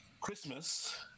Christmas